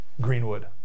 Greenwood